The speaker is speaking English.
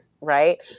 right